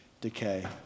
decay